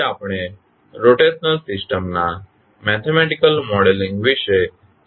આજે આપણે rotational system ના મેથેમેટીકલ મોડેલિંગ વિશે ચર્ચા કરીશું